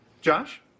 Josh